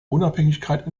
unabhängigkeit